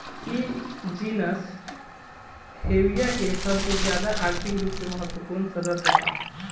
इ genus Hevea के सबसे ज्यादा आर्थिक रूप से महत्वपूर्ण सदस्य ह